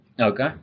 okay